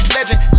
Legend